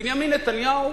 בנימין נתניהו,